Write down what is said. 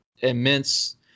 immense